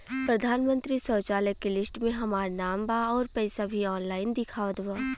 प्रधानमंत्री शौचालय के लिस्ट में हमार नाम बा अउर पैसा भी ऑनलाइन दिखावत बा